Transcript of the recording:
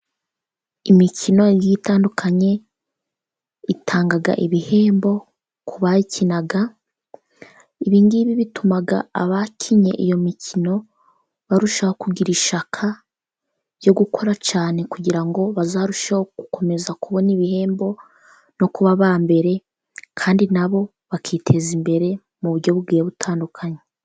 Imikino itandukanye itanga ibihembo ku bayikina, ibi ngibi bituma abakinnye iyo mikino barushaho kugira ishyaka ryo gukora cyane, kugira ngo bazarusheho gukomeza kubona ibihembo no kuba aba mbere, kandi na bo bakiteza imbere mu buryo bugiye butandukanye.